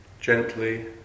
gently